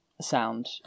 sound